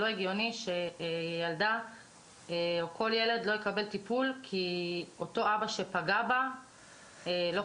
לא הגיוני שילדה או ילד לא יקבלו טיפול כי אותו אבא שפגע לא חותם.